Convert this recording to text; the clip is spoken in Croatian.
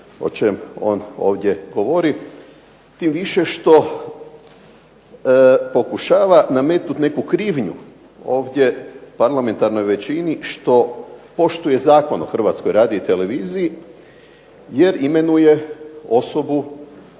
o čem on ovdje govori tim više što pokušava nametnut neku krivnju ovdje parlamentarnoj većini što poštuje Zakon o Hrvatskoj radioteleviziji jer imenuje osobu